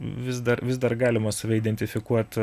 vis dar vis dar galima save identifikuot